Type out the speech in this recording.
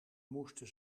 moesten